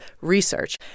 research